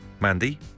Mandy